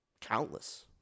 countless